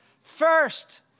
First